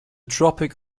tropic